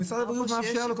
כי משרד הבריאות מאפשר.